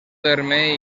terme